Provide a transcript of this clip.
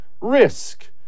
risk